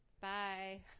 Bye